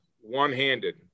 one-handed